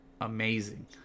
amazing